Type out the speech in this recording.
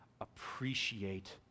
appreciate